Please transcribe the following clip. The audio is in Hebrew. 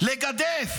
לגדף,